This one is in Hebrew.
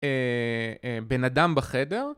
בן אדם בחדר.